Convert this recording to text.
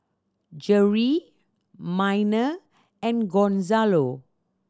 Jerri Miner and Gonzalo